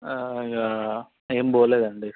ఇక ఏమి పోలేదు అండి